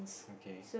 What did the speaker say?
okay